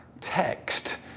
text